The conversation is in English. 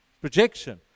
projection